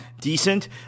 decent